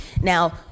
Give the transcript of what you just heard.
now